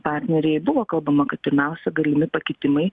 partneriai buvo kalbama kad pirmiausia galimi pakitimai